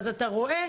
אז אתה רואה,